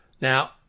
Now